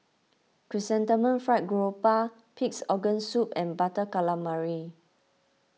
Chrysanthemum Fried Garoupa Pig's Organ Soup and Butter Calamari